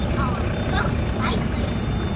most likely.